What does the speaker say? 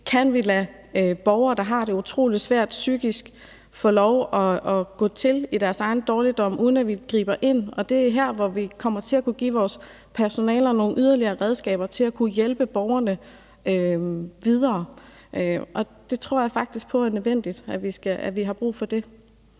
kan lade borgere, der har det utrolig svært psykisk, få lov at gå til i deres egen dårligdom, uden at vi griber ind, og det er her, hvor vi kommer til at kunne give vores personaler nogle yderligere redskaber til at kunne hjælpe borgerne videre. Og det tror jeg faktisk på er nødvendigt og noget, vi har brug for.